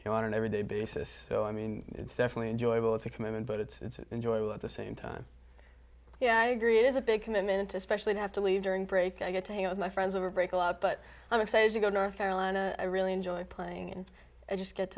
know on an everyday basis so i mean it's definitely enjoyable it's a commitment but it's enjoyable at the same time yeah i agree it is a big commitment especially to have to leave during break i get to hang out my friends of a break a lot but i'm excited to go north carolina i really enjoy playing and just get